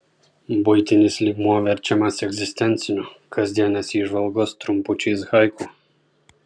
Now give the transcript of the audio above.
buitinis lygmuo verčiamas egzistenciniu kasdienės įžvalgos trumpučiais haiku